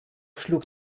schlug